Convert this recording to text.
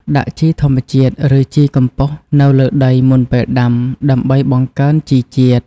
ដាក់ជីធម្មជាតិ ឬជីកំប៉ុស្តនៅលើដីមុនពេលដាំ ដើម្បីបង្កើនជីជាតិ។